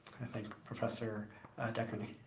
i think professor decherney?